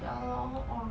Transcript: ya lor !whoa!